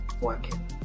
working